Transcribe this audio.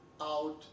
out